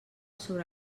sobre